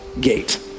gate